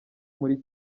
muri